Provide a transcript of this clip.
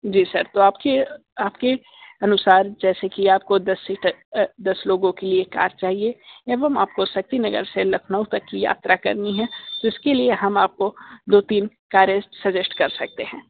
जी sir तो आपके आपके अनुसार जैसे कि आपको दस सीटर दस लोगों के लिए कार चाहिए या वो हम आपको शक्तिनगर से लखनऊ तक की यात्रा करनी है तो उसके लिए हम आपको दो तीन कारें सजेस्ट कर सकते हैं